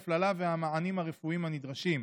אי-הפללה והמענים הרפואיים הנדרשים.